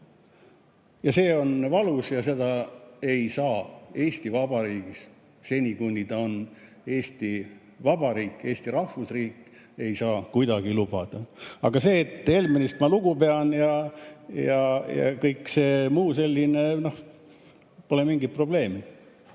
See on valus ja seda ei saa Eesti Vabariigis seni, kuni ta on Eesti Vabariik, Eesti rahvusriik, kuidagi lubada. Aga see, et Helmenist ma lugu pean ja kõik muu selline – pole mingit probleemi.